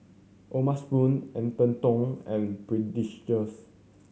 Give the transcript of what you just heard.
O'ma Spoon Atherton and